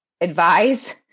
advise